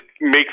make